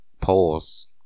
Pause